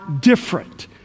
different